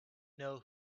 know